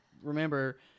Remember